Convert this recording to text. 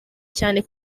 cyane